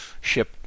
ship